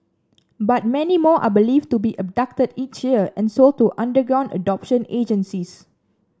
but many more are believed to be abducted each year and sold to underground adoption agencies